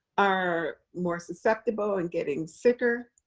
are more susceptible and getting sicker.